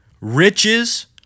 Riches